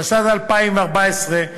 התשע"ד 2014,